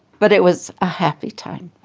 but it was a happy time